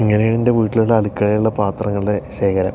ഇങ്ങനെയാണ് എൻ്റെ വീട്ടിലുള്ള അടുക്കളയിലെ പാത്രങ്ങളുടെ ശേഖരം